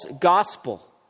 gospel